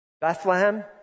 Bethlehem